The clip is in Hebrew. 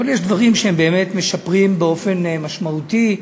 אבל יש דברים שבאמת משפרים באופן משמעותי,